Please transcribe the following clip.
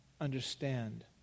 understand